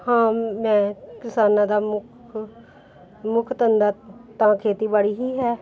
ਹਾਂ ਮੈਂ ਕਿਸਾਨਾਂ ਦਾ ਮੁੱਖ ਮੁੱਖ ਧੰਦਾ ਤਾਂ ਖੇਤੀਬਾੜੀ ਹੀ ਹੈ